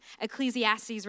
Ecclesiastes